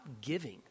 giving